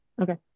Okay